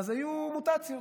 היו מוטציות: